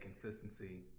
consistency